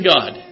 God